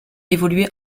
évolué